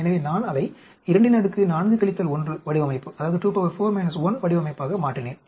எனவே நான் அதை 24 1 வடிவமைப்பாக மாற்றினேன்